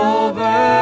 over